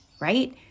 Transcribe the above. right